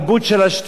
הקלוקלת,